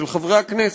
של חברי הכנסת.